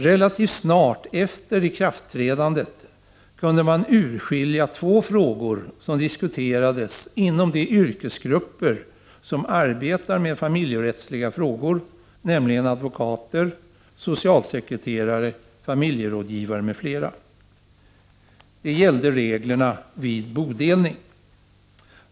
Relativt snart efter ikraftträdandet kunde man urskilja två frågor som diskuterades inom de yrkesgrupper som arbetar med familjerättsliga frågor, nämligen advokater, socialsekreterare, familjerådgivare m.fl. Det gällde reglerna vid bodelning.